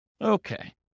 Okay